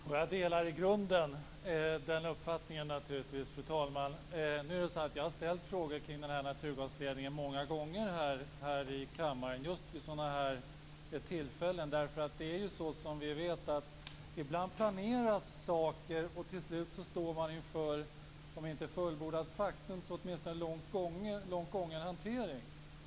Fru talman! Jag delar naturligtvis i grunden den uppfattningen. Men jag har ställt frågor kring den här naturgasledningen många gånger här i kammaren, just vid sådana här tillfällen. Som vi vet planeras ibland saker, och till slut står man om inte inför fullbordat faktum så åtminstone långt gången hantering.